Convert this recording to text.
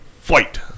fight